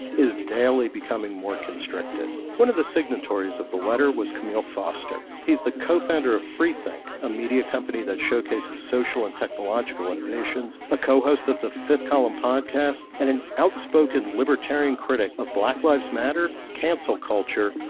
is daily becoming more constricted. one of the signatories of the letter was kmele foster. he's the co-founder of free think, a media company that showcases social and technological innovations, a co-host of the fifth column podcast and an outspoken libertarian critic of black lives matter, cancel culture,